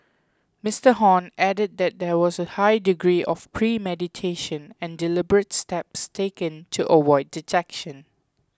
Mister Hon added that there was a high degree of premeditation and deliberate steps taken to avoid detection